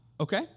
Okay